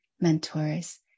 mentors